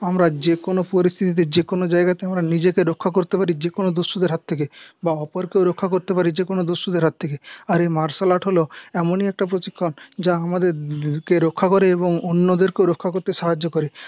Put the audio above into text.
আমরা যে কোনো পরিস্থিতিতে যে কোনো জায়গাতে আমরা নিজেকে রক্ষা করতে পারি যে কোনো দস্যুদের হাত থেকে বা অপরকে রক্ষা করতে পারি যে কোনো দস্যুদের হাত থেকে আর এই মার্শাল আর্ট হল এমনই একটা প্রশিক্ষণ যা আমাদেরকে রক্ষা করে এবং অন্যদেরকেও রক্ষা করতে সাহায্য করে